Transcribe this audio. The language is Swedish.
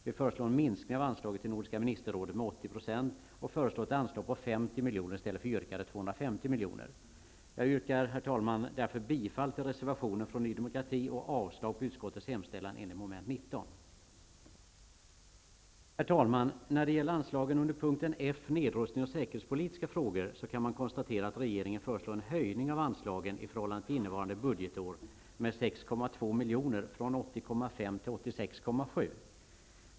Vi föreslår en minskning av anslaget till Nordiska ministerrådet med 80 % och föreslår ett anslag på 50 milj.kr. i stället för yrkade Jag yrkar därför, herr talman, bifall till reservation Herr talman! När det gäller anslagen under punkten F Nedrustnings och säkerhetspolitiska frågor kan man konstatera att regeringen föreslår en höjning av anslagen i förhållande till innevarande budgetår med 6,2 milj.kr. -- från 80,5 till 86,7 miljoner.